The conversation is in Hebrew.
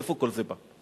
מאיפה כל זה בא?